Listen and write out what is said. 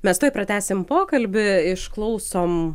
mes tuoj pratęsim pokalbį išklausom